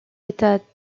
états